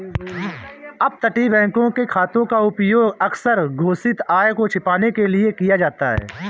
अपतटीय बैंकों के खातों का उपयोग अक्सर अघोषित आय को छिपाने के लिए किया जाता था